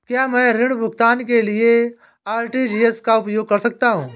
क्या मैं ऋण भुगतान के लिए आर.टी.जी.एस का उपयोग कर सकता हूँ?